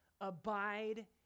abide